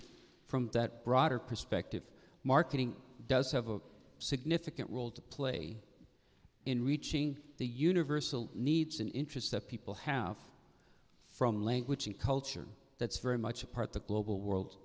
from that broader perspective marketing does have a significant role to play in reaching the universal needs and interests that people have from language and culture that's very much a part the global world